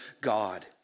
God